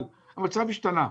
המצב השתנה,